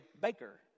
baker